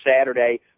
Saturday